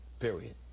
period